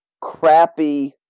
crappy